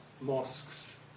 mosques